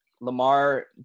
Lamar